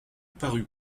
parut